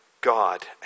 God